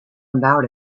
about